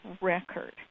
Record